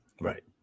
Right